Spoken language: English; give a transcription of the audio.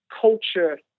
culture